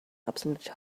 absolutely